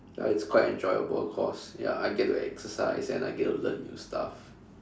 ya it's quite an enjoyable course ya I get to exercise and I get to learn new stuff